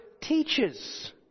teaches